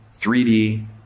3D